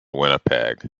winnipeg